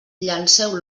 llanceu